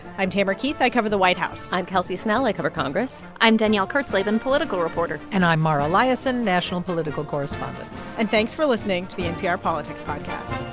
i'm tamara keith. i cover the white house i'm kelsey snell. i cover congress i'm danielle kurtzleben, political reporter and i'm mara liasson, national political correspondent and thanks for listening to the npr politics podcast